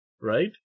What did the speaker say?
Right